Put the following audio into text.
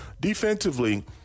Defensively